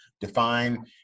define